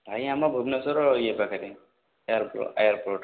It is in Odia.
ଭାଇ ଆମ ଭୁବେନେଶ୍ୱର ଇଏ ପାଖରେ ଏୟାରପୋର୍ଟ